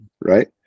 right